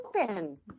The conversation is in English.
open